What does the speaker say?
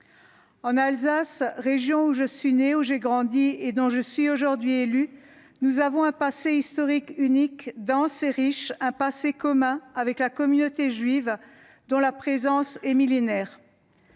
En Alsace, région où je suis née, où j'ai grandi, et dont je suis aujourd'hui élue, nous avons un passé historique unique, dense et riche, un passé commun avec la communauté juive, dont la présence est millénaire.